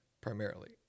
primarily